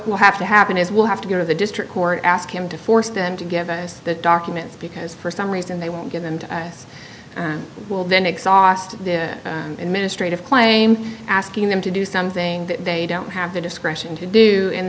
will have to happen is we'll have to go to the district court ask him to force them to get a the documents because for some reason they won't give them to us will then exhaust the administrative claim asking them to do something that they don't have the discretion to do